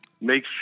make